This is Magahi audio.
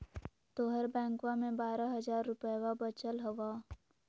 तोहर बैंकवा मे बारह हज़ार रूपयवा वचल हवब